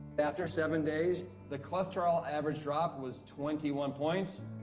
after seven days, the cholesterol average drop was twenty one points.